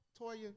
Toya